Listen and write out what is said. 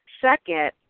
Second